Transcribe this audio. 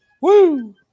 Woo